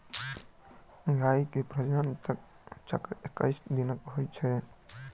गाय मे प्रजनन चक्र एक्कैस दिनक होइत अछि